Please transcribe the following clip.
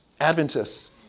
Adventists